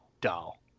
doll